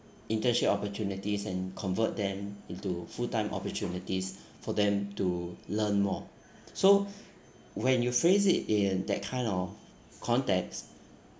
internship opportunities and convert them into full time opportunities for them to learn more so when you phrase it in that kind of context